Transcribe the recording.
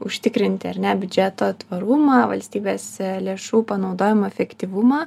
užtikrinti ar ne biudžeto tvarumą valstybėse lėšų panaudojimo efektyvumą